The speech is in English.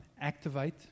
activate